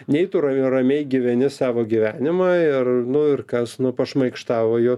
nei tu ramiai gyveni savo gyvenimą ir nu ir kas nu pašmaikštavo juo